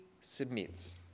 submits